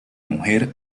mujer